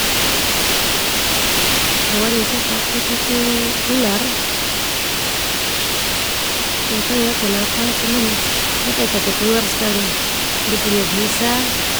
Hewan yang sa takut itu ular. Tia tau ya kenapa cuman, ha kaya takut ular skali, de punya bisa.